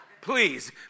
please